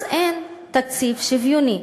אז אין תקציב שוויוני.